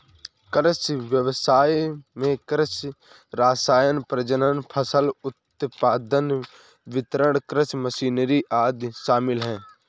कृषि व्ययसाय में कृषि रसायन, प्रजनन, फसल उत्पादन, वितरण, कृषि मशीनरी आदि शामिल है